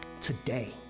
today